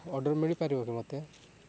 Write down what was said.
order ମିଳିପାରିବ କି ମୋତେ